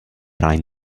reihen